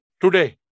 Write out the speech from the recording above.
Today